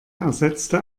ersetzte